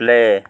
play